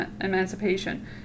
emancipation